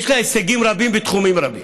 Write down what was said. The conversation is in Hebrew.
יש לה הישגים רבים בתחומים רבים.